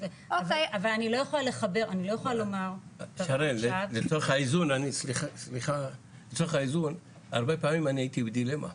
אבל אני יכולה לומר --- כרגע לצורך האיזון הרבה פעמים הייתי בדילמה,